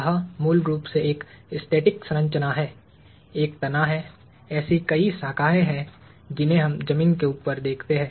यह मूल रूप से एक स्टैटिक संरचना है एक तना है ऐसी कई शाखाएँ हैं जिन्हें हम जमीन के ऊपर देखते हैं